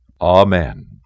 Amen